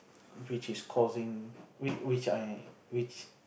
which is causing which I which